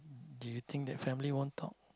do you think that family won't talk